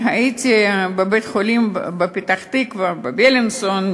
הייתי בבית-החולים בפתח-תקווה, בילינסון.